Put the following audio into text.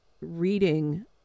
reading